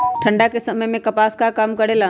ठंडा के समय मे कपास का काम करेला?